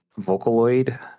Vocaloid